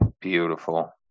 Beautiful